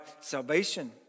salvation